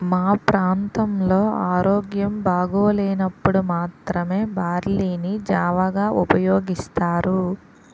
మా ప్రాంతంలో ఆరోగ్యం బాగోలేనప్పుడు మాత్రమే బార్లీ ని జావగా ఉపయోగిస్తారు